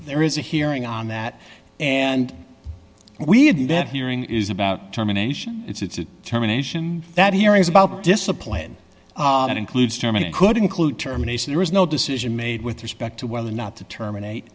there is a hearing on that and we had that hearing is about terminations it's a terminations that hearing is about discipline that includes germany could include terminated there is no decision made with respect to whether or not to terminate